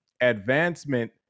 Advancement